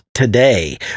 Today